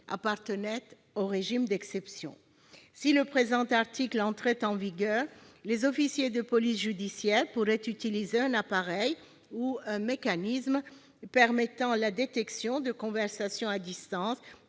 appartenaient au régime d'exception. Si le présent article entrait en vigueur, les officiers de police judiciaire pourraient utiliser un appareil ou un mécanisme permettant la détection de conversations à distance